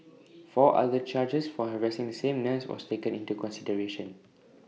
four other charges for harassing the same nurse was taken into consideration